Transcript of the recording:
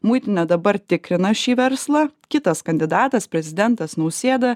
muitinė dabar tikrina šį verslą kitas kandidatas prezidentas nausėda